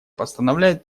постановляет